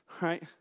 Right